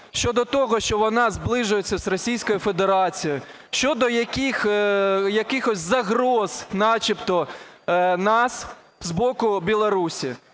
щодо того, що вона зближується з Російською Федерацією, щодо якихось загроз начебто нас з боку Білорусі.